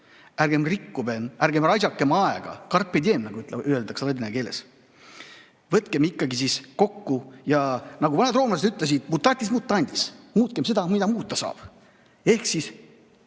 ukraina keelt. Ärgem raisakem aega, carpe diem, nagu öeldakse ladina keeles. Võtkem ikkagi end kokku ja, nagu vanad roomlased ütlesid, mutatis mutandis, muutkem seda, mida muuta saab. Ehk siis,